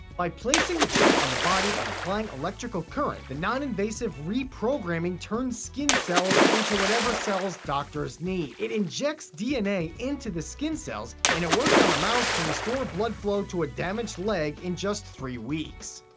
by placing the chip on the body and applying electrical current, the non-invasive reprogramming turns skin cells into whatever cells doctors need. it injects dna into the skin cells and it worked on a mouse to restore blood flow to a damaged leg in the three weeks.